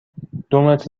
دومتر